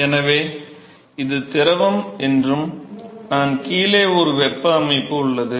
எனவே இது திரவம் என்றும் கீழே ஒரு வெப்ப அமைப்பு உள்ளது